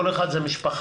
כל אחד זה משפחה.